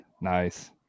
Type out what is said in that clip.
Nice